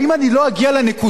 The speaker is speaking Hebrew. האם אני לא אגיע לנקודה,